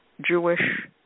Jewish